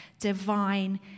divine